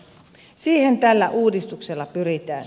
siihen tällä uudistuksella pyritään